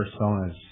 personas